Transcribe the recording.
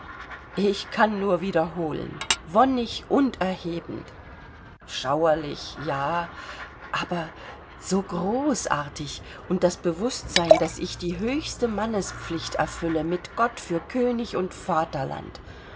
ich kann nur wiederholen wonnig und erhebend schauerlich ja aber so großartig und das bewußtsein daß ich die höchste mannespflicht erfülle mit gott für könig und vaterland